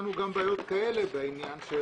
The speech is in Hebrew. מצאנו בעיות כאלה בעניין של